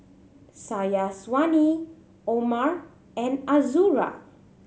Syazwani Omar and Azura